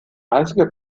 einzige